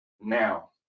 now